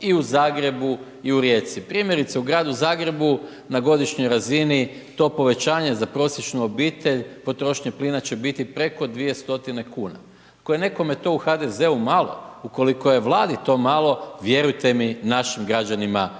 i u Zagrebu i Rijeci. Primjerice u gradu Zagrebu na godišnjoj razini to povećanje za prosječnu obitelj, potrošnja plina će biti preko 2 stotine kuna. Ako je nekome to u HDZ-u malo, ukoliko je Vladi to malo, vjerujte mi našim građanima